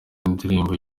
indirimbo